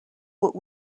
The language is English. but